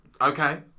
Okay